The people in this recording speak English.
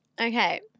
Okay